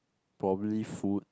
probably food